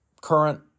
current